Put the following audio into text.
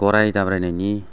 गराइ दाब्रायनायनि